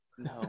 No